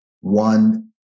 One